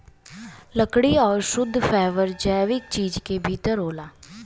लकड़ी आउर शुद्ध फैबर जैविक चीज क भितर होला